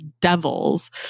devils